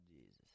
Jesus